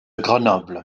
grenoble